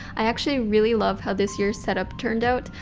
i actually really love how this year's setup turned out.